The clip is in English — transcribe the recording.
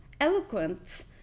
eloquent